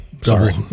Sorry